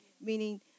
meaning